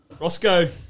Roscoe